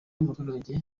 umuturage